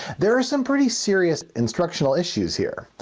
there are some pretty serious instructional issues here.